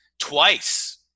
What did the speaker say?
twice